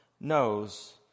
knows